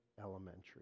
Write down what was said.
elementary